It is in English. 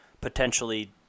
potentially